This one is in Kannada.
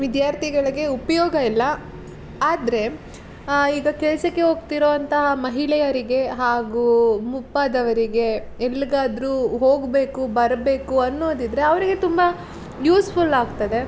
ವಿದ್ಯಾರ್ಥಿಗಳಿಗೆ ಉಪಯೋಗ ಇಲ್ಲ ಆದರೆ ಈಗ ಕೆಲಸಕ್ಕೆ ಹೋಗ್ತಿರೋಂತಹ ಮಹಿಳೆಯರಿಗೆ ಹಾಗೂ ಮುಪ್ಪಾದವರಿಗೆ ಎಲ್ಲಿಗಾದ್ರೂ ಹೋಗಬೇಕು ಬರಬೇಕು ಅನ್ನೋದಿದ್ದರೆ ಅವರಿಗೆ ತುಂಬ ಯೂಸ್ಫುಲ್ ಆಗ್ತದೆ